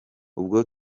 ubwo